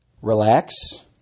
Relax